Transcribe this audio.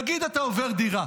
נגיד שאתה עובר דירה,